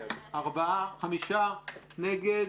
5 נגד,